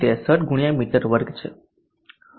63 મી2 છે